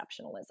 exceptionalism